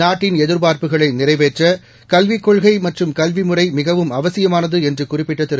நாட்டின் எதிர்பார்ப்புகளை நிறைவேற்ற கல்விக் கொள்கை மற்றம் கல்வி முறை மிகவும் அவசியமானது என்று குறிப்பிட்ட திரு